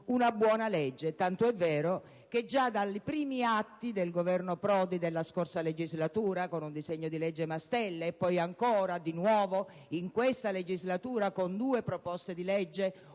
una buona legge, tanto è vero che già dai primi atti del governo Prodi della scorsa legislatura, con un disegno di legge Mastella e poi, di nuovo, in questa legislatura, con due proposte di legge,